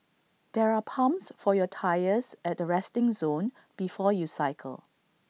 there are pumps for your tyres at the resting zone before you cycle